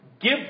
give